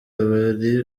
bari